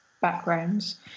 backgrounds